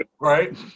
right